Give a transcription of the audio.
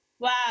wow